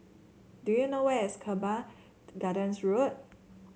do you know where is Teban Gardens Road